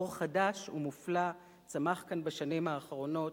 דור חדש ומופלא צמח כאן בשנים האחרונות,